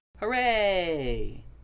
Hooray